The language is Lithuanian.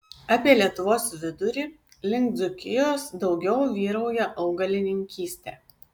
apie lietuvos vidurį link dzūkijos daugiau vyrauja augalininkystė